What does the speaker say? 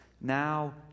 Now